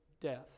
death